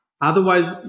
Otherwise